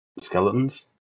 skeletons